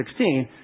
2016